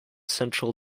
central